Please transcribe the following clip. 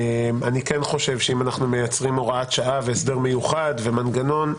אני כן חושב שאם אנחנו מייצרים הוראת שעה והסדר מיוחד ומנגנון,